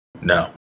No